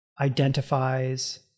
identifies